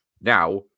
Now